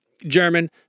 german